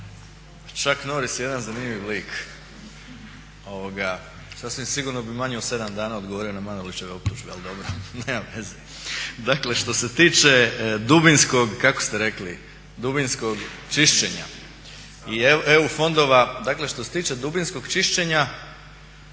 Chuck Norris je jedan zanimljiv lik. Sasvim sigurno bi u manje od 7 dana odgovorio na … optužbe, ali dobro, nema veze. Dakle što se tiče dubinskog, kako ste rekli, dubinskog čišćenja i EU fondova, dakle što se tiče dubinskog čišćenja